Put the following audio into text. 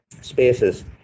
spaces